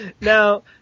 Now